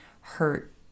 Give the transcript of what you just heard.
hurt